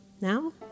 Now